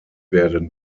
werde